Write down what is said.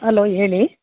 hello ಹೇಳಿ